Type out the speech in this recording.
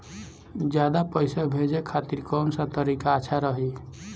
ज्यादा पईसा भेजे खातिर कौन सा तरीका अच्छा रही?